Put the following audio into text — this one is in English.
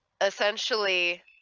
essentially